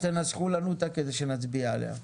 תנסחו לנו את זה כדי שנצביע על זה.